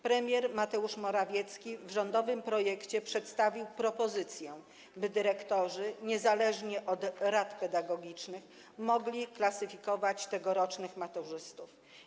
Premier Mateusz Morawiecki w rządowym projekcie przedstawił propozycję, by dyrektorzy niezależnie od rad pedagogicznych mogli klasyfikować tegorocznych maturzystów.